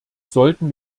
sollten